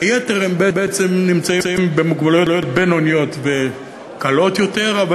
היתר במוגבלויות בינוניות וקלות יותר.